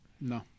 No